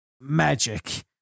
magic